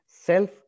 self